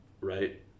right